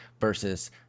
versus –